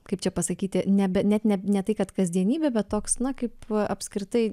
kaip čia pasakyti nebe net ne ne tai kad kasdienybė bet toks na kaip apskritai